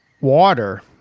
water